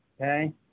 Okay